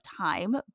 time